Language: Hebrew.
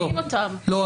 לא,